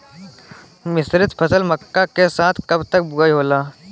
मिश्रित फसल मक्का के साथ कब तक बुआई होला?